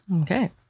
Okay